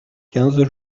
quinze